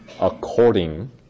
according